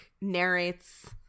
narrates